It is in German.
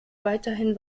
weiterhin